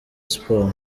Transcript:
sport